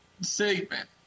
segment